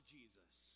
Jesus